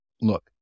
look